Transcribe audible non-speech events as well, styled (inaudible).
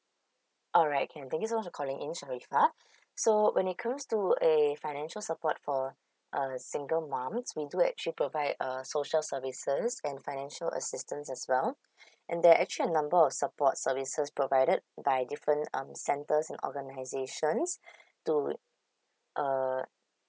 alright can thank you so much for calling in sharifah (breath) so when it comes to a financial support for uh single moms we do actually provide uh social services and financial assistance as well (breath) and there actually a number of support services provided by different um centres and organizations (breath) to uh